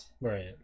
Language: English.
Right